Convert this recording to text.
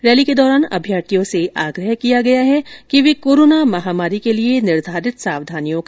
rally के दौरान अभ्यार्थियों से आग्रह किया गया है कि वे कोरोना महामारी के लिए निर्धारित सावधानियों का पालन करें